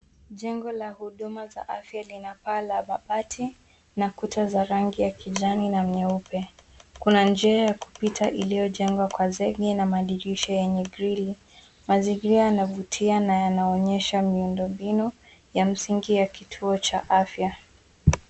Jengo la huduma za afya lina paa la mabati na kuta za rangi ya kijani na nyeupe. Kuna njia ya kupita iliyojengwa kwa zege na madirisha yenye grill . Mazingira yanavutia na yanaonyesha miundo mbinu ya msingi ya kituo cha afya.